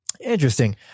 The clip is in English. Interesting